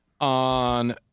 On